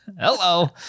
Hello